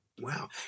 Wow